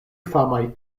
famaj